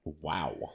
Wow